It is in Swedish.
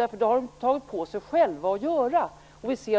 Det har man där själv tagit på sig att göra